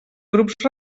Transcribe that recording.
grups